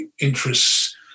interests